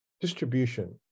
distribution